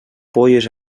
polles